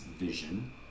Vision